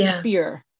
fear